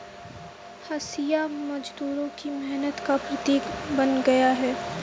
हँसिया मजदूरों की मेहनत का प्रतीक बन गया है